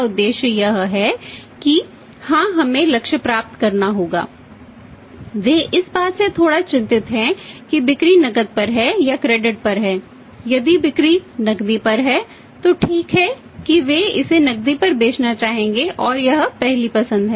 यदि बिक्री नकदी पर है तो ठीक है कि वे इसे नकदी पर बेचना चाहेंगे और यह पहली पसंद है